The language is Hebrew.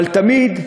אבל תמיד,